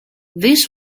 this